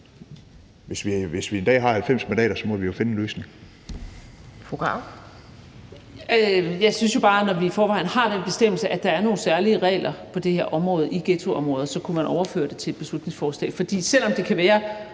(Pia Kjærsgaard): Fru Marie Krarup. Kl. 12:01 Marie Krarup (DF): Jeg synes jo bare, at når vi i forvejen har den bestemmelse, at der er nogle særlige regler på det her område i ghettoområder, så kunne man overføre det til et beslutningsforslag. For selv om det kan være